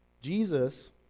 Jesus